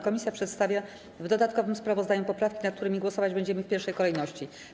Komisja przedstawia w dodatkowym sprawozdaniu poprawki, nad którymi głosować będziemy w pierwszej kolejności.